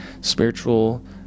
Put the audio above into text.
spiritual